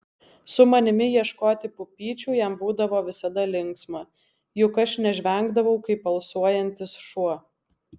su manimi ieškoti pupyčių jam būdavo visada linksma juk aš nežvengdavau kaip alsuojantis šuo